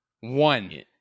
One